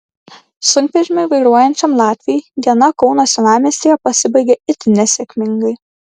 sunkvežimį vairuojančiam latviui diena kauno senamiestyje pasibaigė itin nesėkmingai